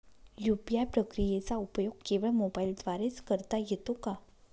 UPI प्रक्रियेचा उपयोग केवळ मोबाईलद्वारे च करता येतो का?